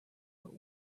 but